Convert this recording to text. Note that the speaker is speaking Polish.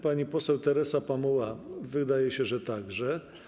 Pani poseł Teresa Pamuła - wydaje się, że także.